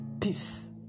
peace